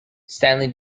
stanley